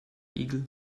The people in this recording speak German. igel